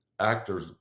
actors